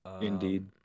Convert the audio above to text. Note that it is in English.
Indeed